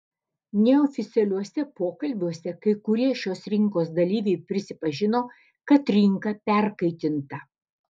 neoficialiuose pokalbiuose kai kurie šios rinkos dalyviai prisipažino kad rinka perkaitinta